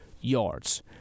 yards